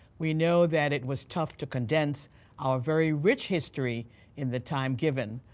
we know that it was tough to condense our very rich history in the time given.